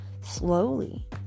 slowly